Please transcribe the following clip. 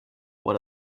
what